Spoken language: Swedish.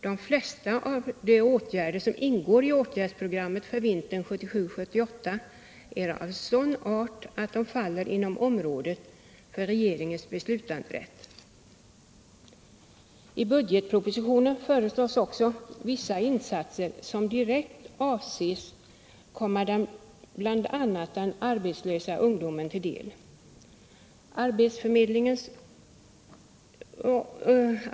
De flesta av de åtgärder som ingår i åtgärdsprogrammet för vintern 1977/78 är av sådan art att de faller inom området för regeringens beslutanderätt. I budgetpropositionen föreslås dock vissa insatser som direkt avses komma bl.a. den arbetslösa ungdomen till del.